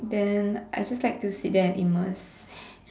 then I just like to sit there and immerse